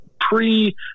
pre